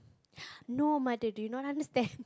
no mother do you not understand